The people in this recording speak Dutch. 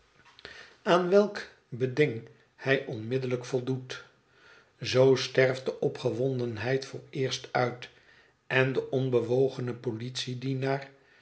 aan welk beding hij onmiddellijk voldoet zoo sterft de opgewondenheid vooreerst uit en de onbewogene politiedienaar